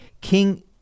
King